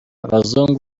abazungu